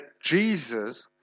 Jesus